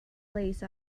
lace